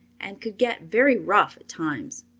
and could get very rough at times.